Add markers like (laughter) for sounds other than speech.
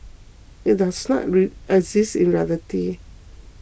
it does not (unintelligible) exist in reality